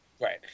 right